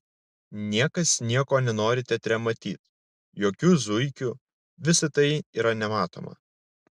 niekas nieko nenori teatre matyt jokių zuikių visa tai yra nematoma